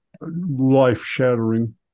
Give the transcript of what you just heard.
life-shattering